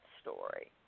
story